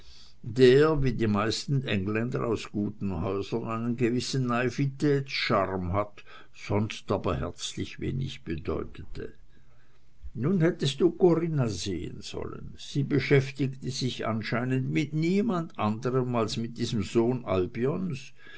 der wie die meisten engländer aus guten häusern einen gewissen naivitäts charme hatte sonst aber herzlich wenig bedeutete nun hättest du corinna sehen sollen sie beschäftigte sich anscheinend mit niemand anderem als diesem sohn albions